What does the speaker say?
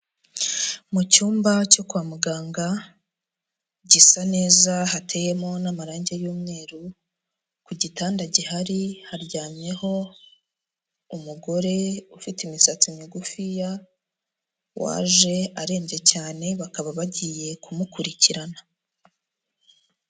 Mu cyumba cyo kwa muganga, gisa neza, hateyemo n'amarangi y'umweru, ku gitanda gihari haryamyeho umugore ufite imisatsi migufiya, waje arembye cyane bakaba bagiye kumukurikirana.